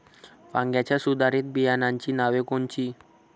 वांग्याच्या सुधारित बियाणांची नावे कोनची?